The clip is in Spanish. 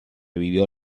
vivió